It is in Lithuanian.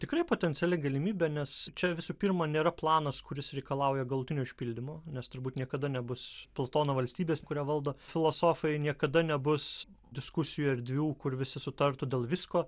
tikrai potenciali galimybė nes čia visų pirma nėra planas kuris reikalauja galutinio išpildymo nes turbūt niekada nebus platono valstybės kurią valdo filosofai niekada nebus diskusijų erdvių kur visi sutartų dėl visko